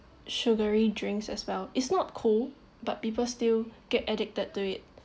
sugary drinks as well it's not cold but people still get addicted to it